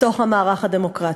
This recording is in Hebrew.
בתוך המערך הדמוקרטי.